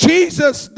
Jesus